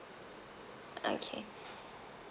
okay